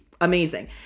amazing